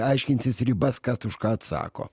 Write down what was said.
aiškintis ribas kas už ką atsako